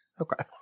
Okay